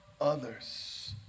others